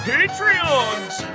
Patreons